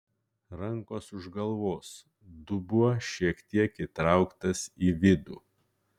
rankos už galvos dubuo šiek tiek įtrauktas į vidų